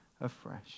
afresh